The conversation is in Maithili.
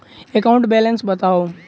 एकाउंट बैलेंस बताउ